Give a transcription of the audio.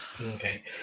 Okay